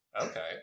Okay